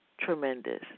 tremendous